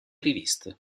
riviste